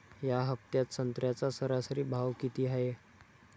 या हफ्त्यात संत्र्याचा सरासरी भाव किती हाये?